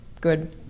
Good